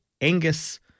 angus